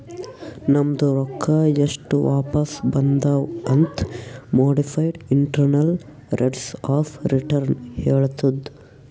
ನಮ್ದು ರೊಕ್ಕಾ ಎಸ್ಟ್ ವಾಪಿಸ್ ಬಂದಾವ್ ಅಂತ್ modified internal rates of return ಹೇಳತ್ತುದ್